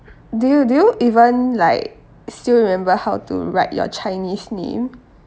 did you did you even like still remember how to write your chinese name